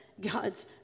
God's